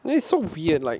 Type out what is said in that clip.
then it's so weird like